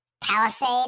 Palisade